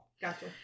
Gotcha